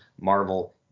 Marvel